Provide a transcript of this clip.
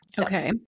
Okay